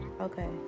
Okay